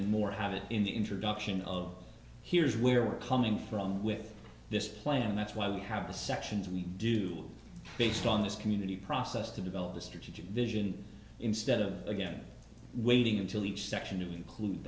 and more have it in the introduction of here's where we're coming from with this plan and that's why we have the sections we do based on this community process to develop the strategic vision instead of again waiting until each section to include